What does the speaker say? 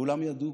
כולם ידעו.